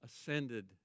ascended